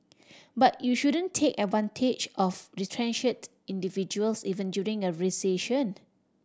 but you shouldn't take advantage of retrenched individuals even during a recession